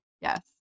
Yes